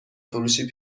فروشی